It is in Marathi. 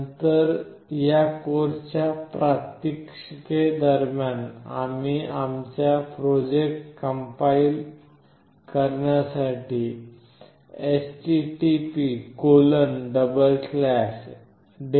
नंतर या कोर्सच्या प्रात्यक्षिके दरम्यान आम्ही आमच्या प्रोजेक्टस कंपाईल करण्यासाठी httpdeveloper